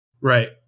Right